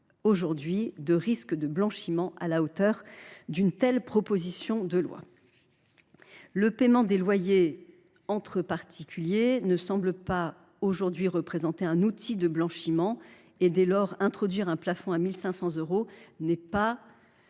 de risques de blanchiment à la hauteur prévue dans cette proposition de loi. Le paiement des loyers entre particuliers ne semble pas représenter un outil de blanchiment. Dès lors, introduire un plafond à 1 500 euros n’est pas